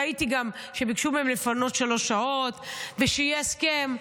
ראיתי גם שביקשו מהם לפנות שלוש שעות ושיהיה הסכם.